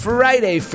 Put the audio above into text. Friday